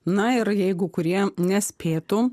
na ir jeigu kurie nespėtų